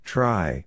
Try